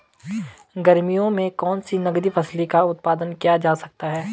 गर्मियों में कौन सी नगदी फसल का उत्पादन किया जा सकता है?